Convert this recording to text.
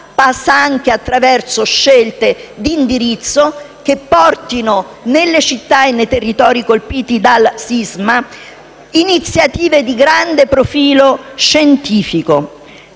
passa anche attraverso scelte di indirizzo che portino nelle città e nei territori colpiti dal sisma iniziative di grande profilo scientifico.